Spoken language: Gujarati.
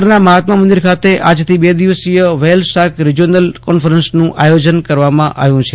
ગાંધીનગર મહાત્મા મંદિર ખાતે આવતીકાલથી બે દિવસીય વ્હેલ શાર્ક રિજિયોનલ કોન્ફરન્સનું આયોજન કરવામાં આવ્યુ છે